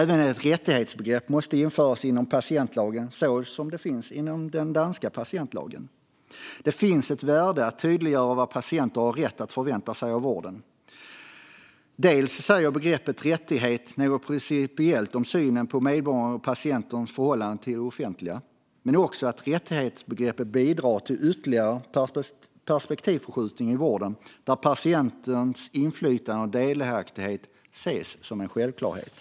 Även ett rättighetsbegrepp måste införas inom patientlagen, så som det finns inom den danska patientlagen. Det finns ett värde i att tydliggöra vad patienter har rätt att förvänta sig av vården. Begreppet rättighet säger något principiellt om synen på medborgarens och patientens förhållande till det offentliga, men rättighetsbegreppet bidrar också till en ytterligare perspektivförskjutning i vården, där patientens inflytande och delaktighet ses som en självklarhet.